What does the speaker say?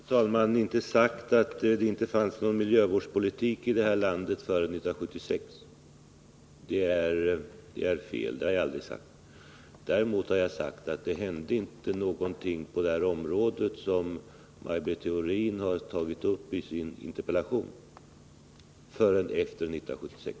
Fru talman! Jag har inte sagt att det inte fanns någon miljövårdspolitik i detta land före 1976. Däremot har jag sagt att det inte hände någonting på det område som Maj Britt Theorin tagit upp i sin interpellation förrän efter 1976.